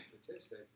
statistic